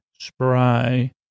Spry